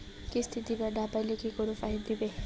কিস্তি দিবার না পাইলে কি কোনো ফাইন নিবে?